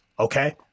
Okay